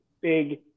big